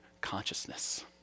consciousness